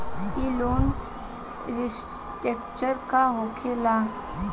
ई loan restructure का होखे ला?